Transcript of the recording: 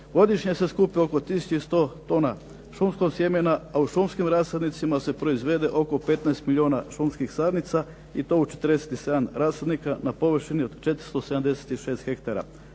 Godišnje se skupi oko 1100 tona šumskog sjemena, a u šumskim rasadnicima se proizvede oko 15 milijuna šumskih sadnica i to u 47 rasadnika na površini od 476 ha.